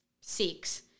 six